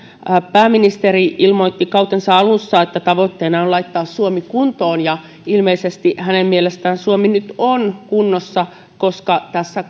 pääministeri ilmoitti kautensa alussa että tavoitteena on laittaa suomi kuntoon ja ilmeisesti hänen mielestään suomi nyt on kunnossa koska tässä